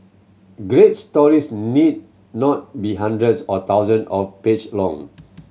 great stories need not be hundreds or thousand of page long